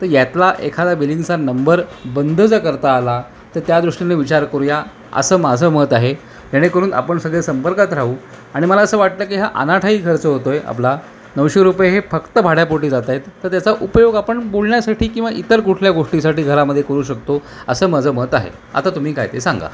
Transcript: तर यातला एखादा बिलिंगचा नंबर बंद जर करता आला तर त्या दृष्टीने विचार करूया असं माझं मत आहे जेणेकरून आपण सगळे संपर्कात राहू आणि मला असं वाटतं की हा अनाठाई खर्च होतो आहे आपला नऊशे रुपये हे फक्त भाड्यापोटी जात आहेत तर त्याचा उपयोग आपण बोलण्यासाठी किंवा इतर कुठल्या गोष्टीसाठी घरामध्ये करू शकतो असं माझं मत आहे आता तुम्ही काय ते सांगा